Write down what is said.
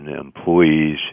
employees